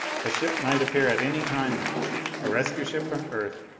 a ship might appear at any time now a rescue ship from earth,